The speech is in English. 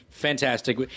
fantastic